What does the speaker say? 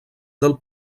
del